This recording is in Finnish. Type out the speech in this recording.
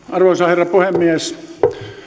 arvoisa herra puhemies